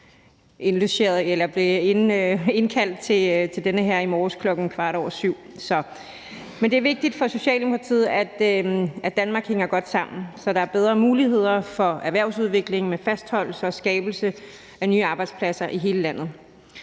jeg vil derfor tillade mig at læse hans tale op. Det er vigtigt for Socialdemokratiet, at Danmark hænger godt sammen, så der er bedre muligheder for erhvervsudvikling med fastholdelse og skabelse af nye arbejdspladser i hele landet,